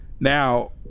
Now